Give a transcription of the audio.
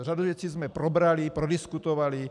Řadu věcí jsme už probrali, prodiskutovali.